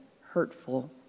hurtful